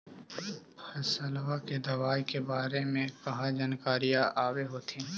फसलबा के दबायें के बारे मे कहा जानकारीया आब होतीन?